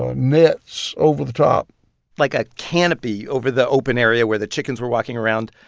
nets over the top like a canopy over the open area where the chickens were walking around.